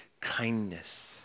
kindness